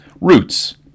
Roots